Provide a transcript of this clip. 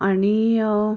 आणि